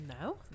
no